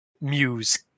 Muse